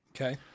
Okay